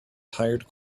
tired